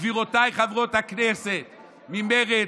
גבירותיי חברות הכנסת ממרצ,